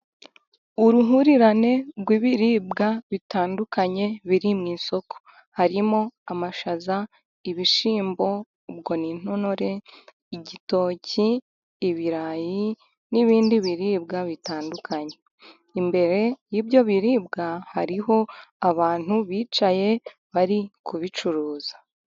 Uruhurirane rw'ibiribwa bitandukanye biri mu isoko harimo amashaza, ibishyimbo, ubwo ni intonore, igitoki, ibirayi n'ibindi biribwa bitandukanye. Imbere y'ibyo biribwa hariho abantu bicaye bari kubicuruza.